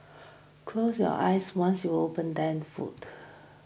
close your eyes once you open them food